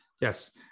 Yes